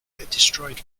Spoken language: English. destroyed